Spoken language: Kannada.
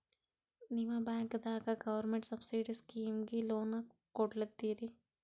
ನಿಮ ಬ್ಯಾಂಕದಾಗ ಗೌರ್ಮೆಂಟ ಸಬ್ಸಿಡಿ ಸ್ಕೀಮಿಗಿ ಲೊನ ಕೊಡ್ಲತ್ತೀರಿ?